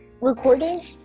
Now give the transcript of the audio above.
recording